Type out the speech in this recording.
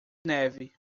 neve